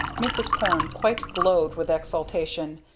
mrs. porne quite glowed with exultation,